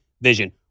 vision